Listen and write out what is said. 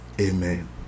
Amen